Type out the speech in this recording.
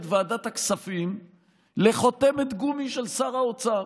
את ועדת הכספים לחותמת גומי של שר האוצר.